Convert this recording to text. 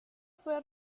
fue